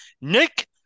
Nick